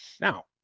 Now